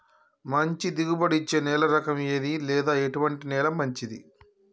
మంచి దిగుబడి ఇచ్చే నేల రకం ఏది లేదా ఎటువంటి నేల మంచిది?